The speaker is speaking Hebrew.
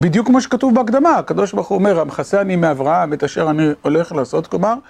בדיוק כמו שכתוב בהקדמה, הקדוש בחור אומר, המחסה אני מעברה את אשר אני הולך לעשות, כלומר...